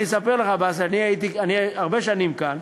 אני אספר לך, באסל, אני הרבה שנים כאן,